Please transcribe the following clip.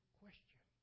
question